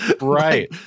Right